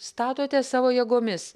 statote savo jėgomis